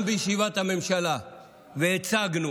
הוא שאמרנו גם בישיבת הממשלה והצגנו,